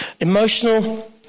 Emotional